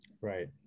Right